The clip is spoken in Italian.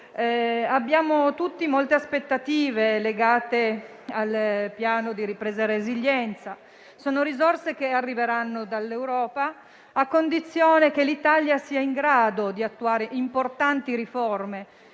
Abbiamo tutti molte aspettative legate al Piano nazionale di ripresa e resilienza. Sono risorse che arriveranno dall'Europa, a condizione che l'Italia sia in grado di attuare importanti riforme.